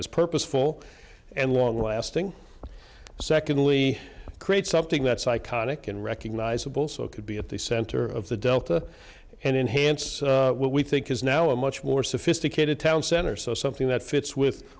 is purposeful and long lasting secondly create something that's iconic and recognizable so it could be at the center of the delta and enhance what we think is now a much more sophisticated town center so something that fits with